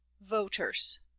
Voters